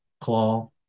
Claw